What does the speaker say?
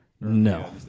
No